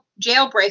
jailbreak